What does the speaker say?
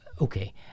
okay